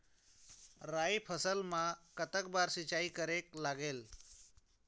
राई फसल मा कतक बार सिचाई करेक लागेल?